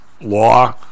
law